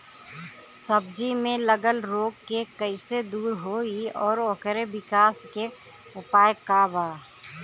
सब्जी में लगल रोग के कइसे दूर होयी और ओकरे विकास के उपाय का बा?